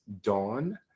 Dawn